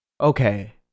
okay